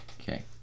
Okay